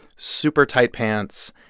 super tight pants,